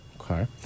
Okay